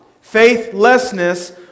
faithlessness